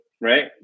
Right